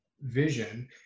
vision